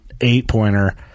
eight-pointer